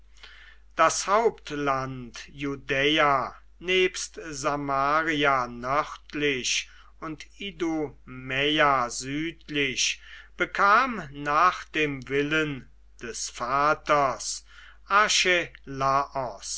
das hauptland judäa nebst samaria nördlich und idumäa südlich bekam nach dem willen des vaters